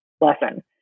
lesson